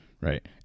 right